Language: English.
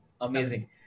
amazing